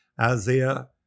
Isaiah